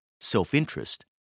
self-interest